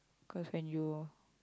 cause when you